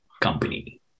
company